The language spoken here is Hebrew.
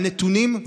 על נתונים,